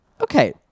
Okay